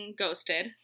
ghosted